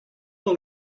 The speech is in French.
dans